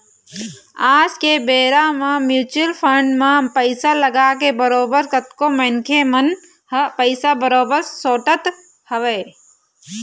आज के बेरा म म्युचुअल फंड म पइसा लगाके बरोबर कतको मनखे मन ह पइसा बरोबर सोटत हवय